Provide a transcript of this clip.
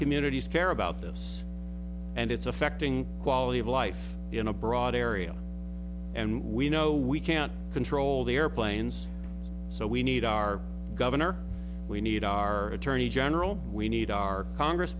communities care about this and it's affecting quality of life in a broad area and we know we can't control the airplanes so we need our governor we need our attorney general we need our congress